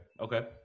okay